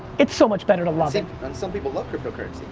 it's so much better to love it. and some people love cryptocurrency.